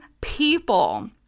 people